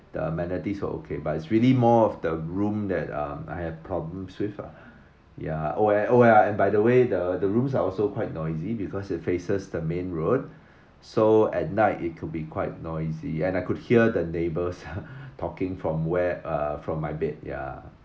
the amenities are okay but it's really more of the room that uh I have problems with lah ya oh ya oh ya and by the way the the rooms are also quite noisy because it faces the main road so at night it could be quite noisy and I could hear the neighbours talking from where uh from my bed ya